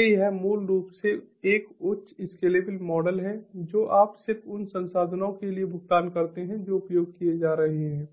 इसलिए यह मूल रूप से एक उच्च स्केलेबल मॉडल है जो आप सिर्फ उन संसाधनों के लिए भुगतान करते हैं जो उपयोग किए जा रहे हैं